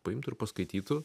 paimtų ir paskaitytų